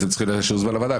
אתם צריכים להשאיר זמן לוועדה.